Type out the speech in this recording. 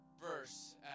verse